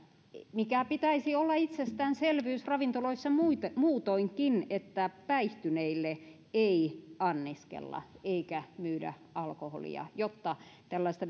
minkä pitäisi olla itsestäänselvyys ravintoloissa muutoinkin että päihtyneille ei anniskella eikä myydä alkoholia jotta tällaista